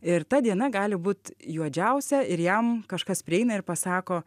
ir ta diena gali būt juodžiausia ir jam kažkas prieina ir pasako